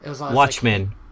Watchmen